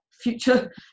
future